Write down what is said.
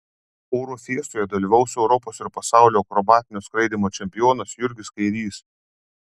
oro fiestoje dalyvaus europos ir pasaulio akrobatinio skraidymo čempionas jurgis kairys